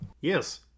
Yes